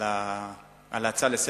על ההצעה לסדר-היום.